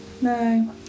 No